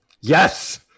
Yes